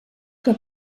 que